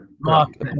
mark